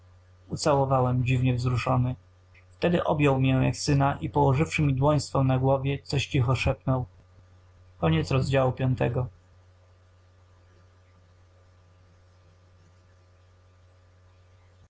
ucałowałem dziwnie wzruszony wtedy objął mię jak syna i położywszy mi dłoń swą na głowie coś cicho szeptał